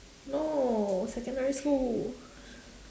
no secondary school